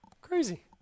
Crazy